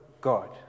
God